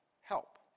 help